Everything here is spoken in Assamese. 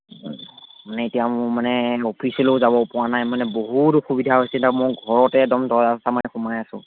মানে এতিয়া মোৰ মানে অফিচলৈও যাবপৰা নাই মানে বহুত অসুবিধা হৈছে এতিয়া মোৰ ঘৰতে একদম দৰ্জা চৰ্জা মাৰি সোমাই আছোঁ